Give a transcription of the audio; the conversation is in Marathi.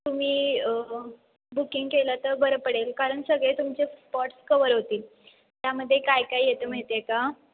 तुम्ही बुकिंग केलं तर बरं पडेल कारण सगळे तुमचे स्पॉट्स कवर होतील त्यामध्ये काय काय येतं माहीत आहे का